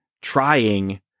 trying